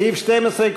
סעיף 12,